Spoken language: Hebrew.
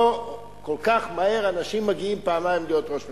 לא כל כך מהר אנשים מגיעים פעמיים להיות ראש ממשלה.